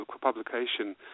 publication